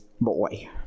boy